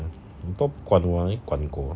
你都不管我还管狗